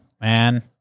Man